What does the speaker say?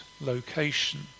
location